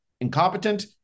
incompetent